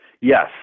Yes